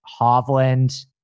Hovland